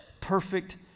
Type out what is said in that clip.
perfect